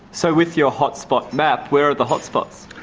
so with your hotspot map where are the hotspots?